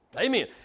Amen